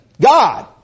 God